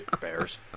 bears